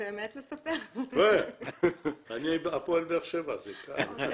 אני הפועל באר שבע, זה קל.